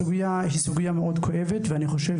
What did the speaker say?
הסוגייה הזאת היא סוגייה מאוד כואבת ואני חושב